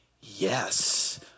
Yes